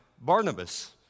Barnabas